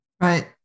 Right